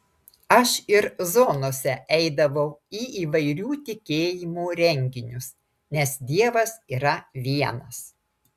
aš ir zonose eidavau į įvairių tikėjimų renginius nes dievas yra vienas